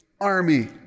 army